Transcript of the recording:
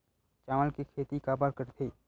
चावल के खेती काबर करथे?